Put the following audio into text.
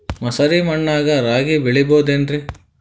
ಮಸಾರಿ ಮಣ್ಣಾಗ ರಾಗಿ ಬೆಳಿಬೊದೇನ್ರೇ?